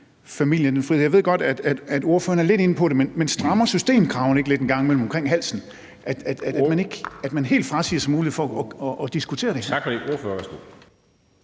Jeg ved godt, at ordføreren er lidt inde på det. Men strammer systemkravene ikke lidt en gang imellem omkring halsen, når man helt frasiger sig muligheden for at diskutere det? Kl. 13:59 Formanden